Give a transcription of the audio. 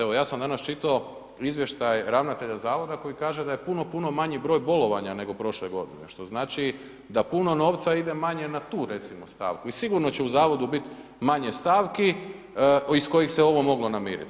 Evo, ja sam danas čitao izvještaj ravnatelja zavoda koji kaže da je puno, puno manji broj bolovanja nego prošle godine, što znači da puno novca ide manje na tu recimo stavku i sigurno će u zavodu bit manje stavki iz kojih se ovom moglo namirit.